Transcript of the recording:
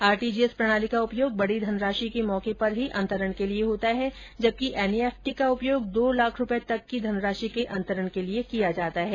RTGS प्रणाली का उपयोग बड़ी धनराशि के मौके पर ही अन्तरण के लिए होता है जबकि एनईएफटी का उपयोग दो लाख रुपए तक की धनराशि के अंतरण के लिए किया जाता है